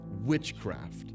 witchcraft